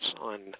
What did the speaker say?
on